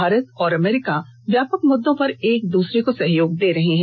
भारत और अमरीका व्यापक मुद्दों पर एक दूसरे को सहयोग दे रहे हैं